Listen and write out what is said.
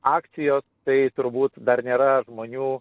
akcijos tai turbūt dar nėra žmonių